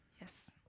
Yes